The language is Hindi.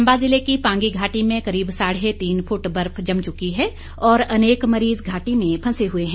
चंबा जिले की पांगी घाटी में करीब साढ़े तीन फुट बर्फ जम चुकी है और अनेक मरीज घाटी में फंसे हुए हैं